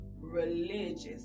Religious